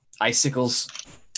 Icicles